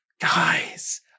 guys